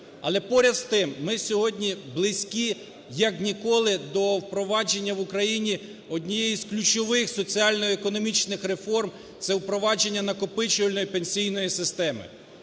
Але поряд з тим, ми сьогодні близькі як ніколи до впровадження в Україні однієї з ключових соціально-економічних реформ – це впровадження накопичувальної пенсійної системи.